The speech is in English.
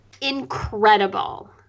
incredible